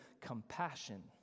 compassion